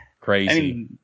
crazy